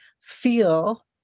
feel